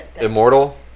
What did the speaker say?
Immortal